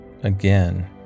Again